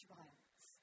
violence